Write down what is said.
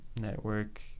network